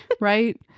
Right